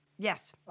Yes